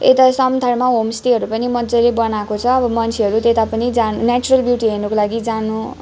ता समथारमा होमस्टेहरू पनि मजाले बनाएको छ अब मन्छेहरू त्यता पनि जान न्याचुरल ब्युटी हेर्नुको लागि जानु